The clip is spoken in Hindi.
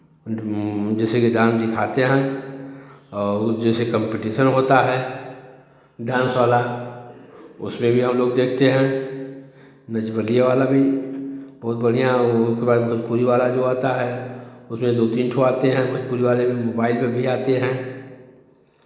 जैसे कि डांस दिखाते हैं और वो जैसे कम्पिटीशन होता है डांस वाला उसपे भी हम लोग देखते हैं नच बलिए वाला भी बहुत बढ़ियाँ उसके बाद भोजपुरी वाला जो आता है उसमें दो तीन ठो आते हैं भोजपुरी वाले में मोबाइल पे भी आते हैं